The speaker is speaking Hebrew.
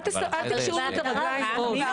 אל תקשרו את הרגליים עוד.